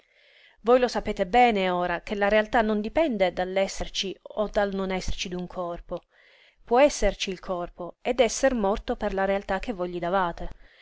voi lo sapete bene ora che la realtà non dipende dall'esserci o dal non esserci d'un corpo può esserci il corpo ed esser morto per la realtà che voi gli davate